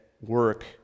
work